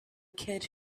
kid